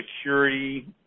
security